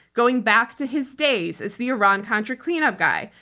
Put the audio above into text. going back to his days as the iran-contra cleanup guy,